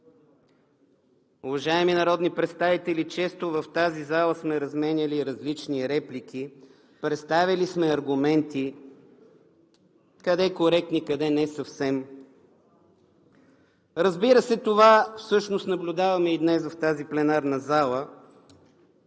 Уважаеми народни представители, често в тази зала сме разменяли различни реплики, представяли сме аргументи – къде коректни, къде не съвсем. Разбира се, това всъщност наблюдаваме и днес в тази пленарна зала.